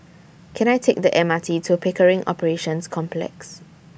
Can I Take The M R T to Pickering Operations Complex